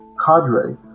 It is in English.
cadre